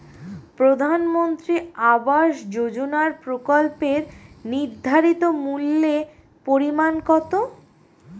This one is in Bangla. প্রধানমন্ত্রী আবাস যোজনার প্রকল্পের নির্ধারিত মূল্যে পরিমাণ কত?